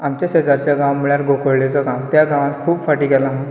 आमच्या शेजारचो गांव म्हळ्यार गोकुल्डेचो गांव त्या गांवांत खूब फावटी गेला